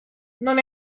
non